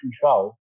control